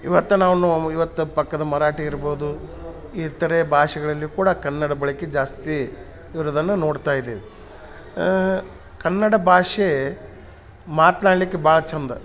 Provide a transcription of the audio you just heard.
ಇವತ್ತು ನಾವು ನೋ ಇವತ್ತು ಪಕ್ಕದ ಮರಾಠಿ ಇರ್ಬೋದು ಇತರ ಭಾಷೆಗಳಲ್ಲಿ ಕೂಡ ಕನ್ನಡ ಬಳಕೆ ಜಾಸ್ತಿ ಇರುದನ್ನ ನೋಡ್ತಾಯಿದ್ದೀವಿ ಕನ್ನಡ ಭಾಷೆ ಮಾತ್ನಾಡಲಿಕ್ಕೆ ಭಾಳ ಚಂದ